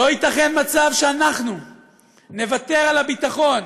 לא ייתכן מצב שאנחנו נוותר על הביטחון,